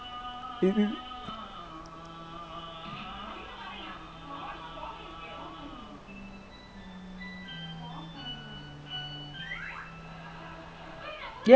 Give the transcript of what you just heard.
ya but okay lah I saw some video like the okay but the thing is the thing is that kind of job right you have to constantly be at your top you know what I mean like you cannot slack off once you have a good deal or some shit like that